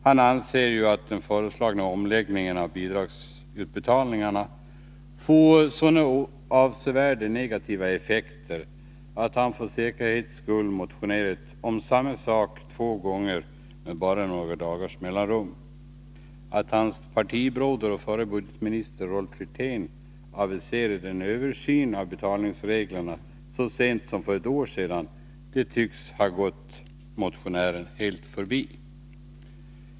Han säger att den föreslagna omläggningen av bidragsutbetalningarna får så avsevärda negativa effekter att han för säkerhets skull motionerat om samma sak två gånger med bara några dagars mellanrum. Att partibrodern och förre budgetministern Rolf Wirtén så sent som för ett år sedan aviserade en översyn av betalningsreglerna tycks ha gått Jan-Erik Wikström helt förbi.